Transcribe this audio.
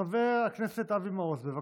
חבר הכנסת אבי מעוז, בבקשה.